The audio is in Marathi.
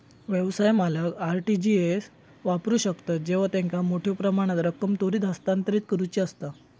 व्यवसाय मालक आर.टी.जी एस वापरू शकतत जेव्हा त्यांका मोठ्यो प्रमाणात रक्कम त्वरित हस्तांतरित करुची असता